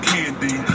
Candy